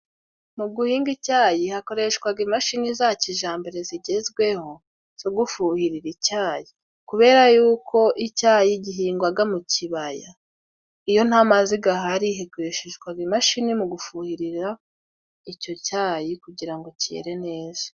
Mu guhinga icyayi hakoreshwaga imashini za kijambere zigezweho zo gufuhirira icyayi. Kubera y'uko icyayi gihingwaga mu kibaya, iyo nta mazi gahari hifashishwaga imashini mu gufuhirira icyo cyayi kugira ngo cyere neza.